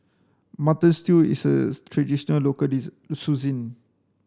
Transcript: mutton stew is a traditional local